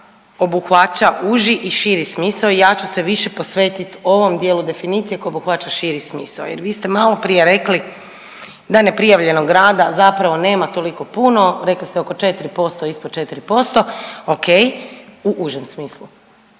zakona obuhvaća uži i širi smisao i ja ću se više posvetiti ovom dijelu definicije koja obuhvaća širi smisao. Jer vi ste malo prije rekli da neprijavljenog rada zapravo nema toliko puno. Rekli ste oko 4%, ispod 4%. O.k. u užem smislu